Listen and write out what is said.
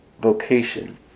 vocation